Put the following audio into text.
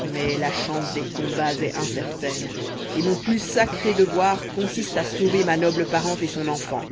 mais la chance des combats est incertaine et mon plus sacré devoir consiste à sauver ma noble parente et son enfant